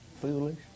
Foolish